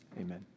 Amen